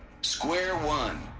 square one.